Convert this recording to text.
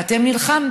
ואתם נלחמתם.